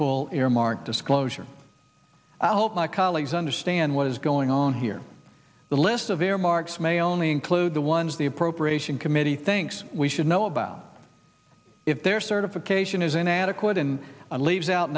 full earmark disclosure i hope my colleagues understand what is going on here the list of earmarks may only include the ones the appropriation committee thinks we should know about if their certification is inadequate and leaves out